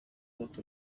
vote